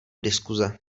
diskuze